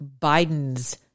Biden's